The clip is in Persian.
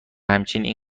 همچنین